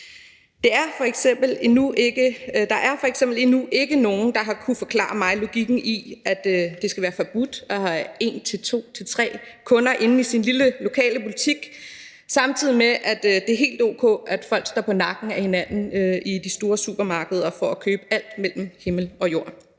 Der er f.eks. endnu ikke nogen, der har kunnet forklare mig logikken i, at det skal være forbudt at have en til to til tre kunder inde i sin lille lokale butik, samtidig med at det er helt o.k., at folk står på nakken af hinanden i de store supermarkeder for at købe alt mellem himmel og jord.